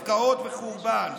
הפקעות וחורבן,